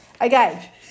Okay